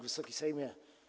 Wysoki Sejmie!